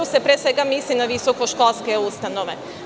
Tu se, pre svega, misli na visokoškolske ustanove.